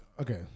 Okay